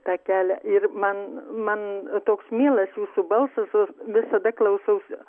tą kelią ir man man toks mielas jūsų balsas visada klausausi